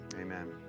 Amen